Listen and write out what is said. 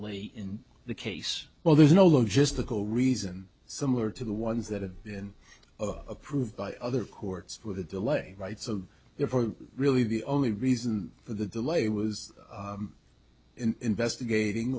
delay in the case well there's no logistical reason similar to the ones that have been approved by other courts with a delay right so therefore really the only reason for the delay was investigating